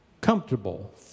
comfortable